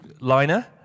liner